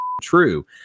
true